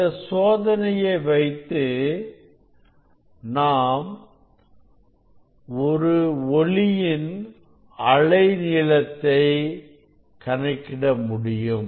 இந்த சோதனையை வைத்து நாம் ஒளியின் அலை நீளத்தை கணக்கிட முடியும்